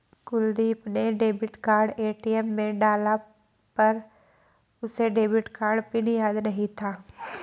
कुलदीप ने debit card ATM में डाला पर उसे डेबिट कार्ड पिन याद नहीं था